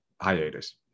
hiatus